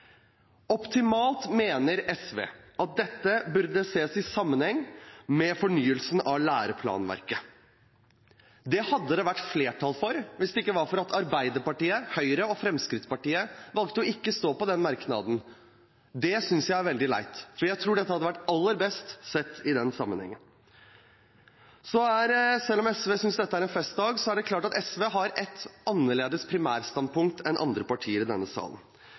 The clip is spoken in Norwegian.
Optimalt mener SV at dette burde ses i sammenheng med fornyelsen av læreplanverket. Det hadde det vært flertall for hvis det ikke var for at Arbeiderpartiet, Høyre og Fremskrittspartiet valgte ikke å stå i den merknaden. Det synes jeg er veldig leit, for jeg tror dette hadde vært aller best, sett i den sammenhengen. Selv om SV synes dette er en festdag, er det klart at SV har et annerledes primærstandpunkt enn andre partier i denne salen.